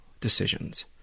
decisions